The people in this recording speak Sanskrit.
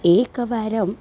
एकवारम्